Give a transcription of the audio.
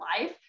life